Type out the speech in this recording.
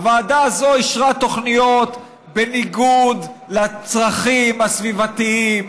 הוועדה הזאת אישרה תוכניות בניגוד לצרכים הסביבתיים,